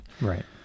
right